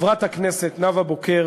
חברת הכנסת נאוה בוקר